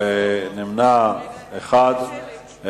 נמנע אחד.